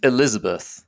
Elizabeth